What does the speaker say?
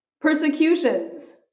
persecutions